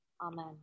Amen